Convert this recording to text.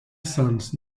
sons